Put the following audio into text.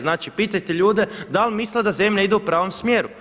Znači pitajte ljude da li misle da li zemlja ide u pravom smjeru.